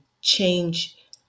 change